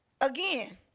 again